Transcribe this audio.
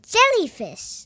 Jellyfish